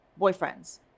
boyfriends